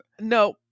no